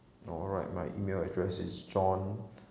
oh alright my email address is john